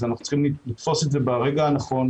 אז אנחנו צריכים לתפוס את זה ברגע הנכון,